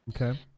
okay